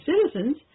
citizens